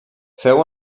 féu